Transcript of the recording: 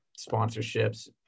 sponsorships